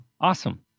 Awesome